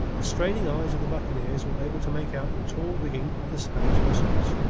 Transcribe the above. the straining eyes of the buccaneers were able to make out the tall rigging of the spanish vessels,